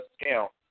scale